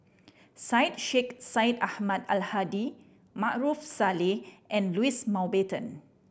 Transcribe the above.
Syed Sheikh Syed Ahmad Al Hadi Maarof Salleh and Louis Mountbatten